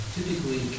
Typically